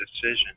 decision